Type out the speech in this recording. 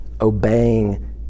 obeying